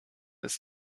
ist